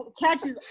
catches